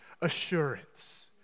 assurance